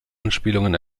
anspielungen